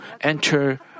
enter